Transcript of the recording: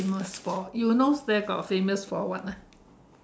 famous for you know there got famous for what ah